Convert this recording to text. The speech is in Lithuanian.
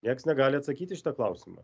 nieks negali atsakyt į šitą klausimą